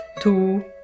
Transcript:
two